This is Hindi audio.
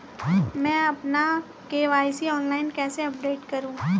मैं अपना के.वाई.सी ऑनलाइन कैसे अपडेट करूँ?